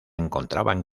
encontraban